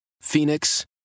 Phoenix